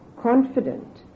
confident